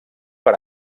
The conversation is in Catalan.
per